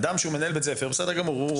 אדם שהוא מנהל בית ספר מקבל משכורת.